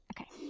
Okay